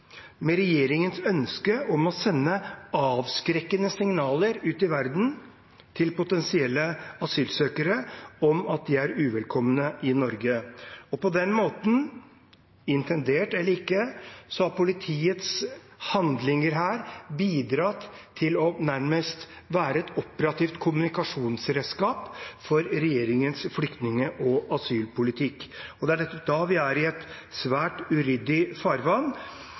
med regjeringens ønske om å sende avskrekkende signaler ut i verden til potensielle asylsøkere om at de er uvelkomne i Norge. Og på den måten – intendert eller ikke – har politiets handlinger her bidratt til nærmest å være et operativt kommunikasjonsredskap for regjeringens flyktning- og asylpolitikk. Det er nettopp da vi er i et svært uryddig farvann.